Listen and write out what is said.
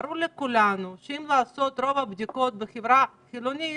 ברור לכולנו שאם נעשה את רוב הבדיקות בחברה החילונית